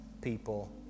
people